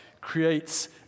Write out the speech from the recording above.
creates